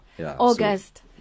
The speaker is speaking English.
August